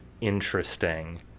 interesting